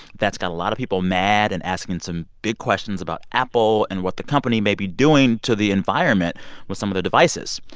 that's got a lot of people mad and asking some big questions about apple and what the company may be doing to the environment with some of their devices.